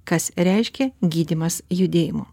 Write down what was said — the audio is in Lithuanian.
kas reiškia gydymas judėjimo